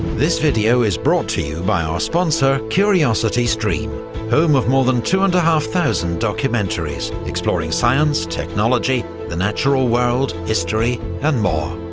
this video is brought to you by our sponsor curiositystream home of more than two and half-thousand documentaries exploring science, technology, the natural world, history, and more.